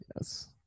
Yes